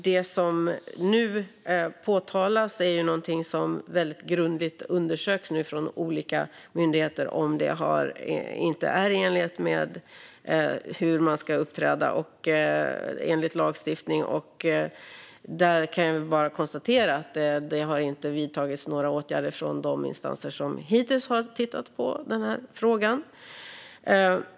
Det som här påtalas är något som nu undersöks grundligt av olika myndigheter för att se om det har skett i enlighet med lagen och hur man ska uppträda. Jag kan bara konstatera att det inte har vidtagits några åtgärder av de instanser som hittills har tittat på frågan.